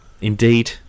Indeed